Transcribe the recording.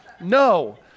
No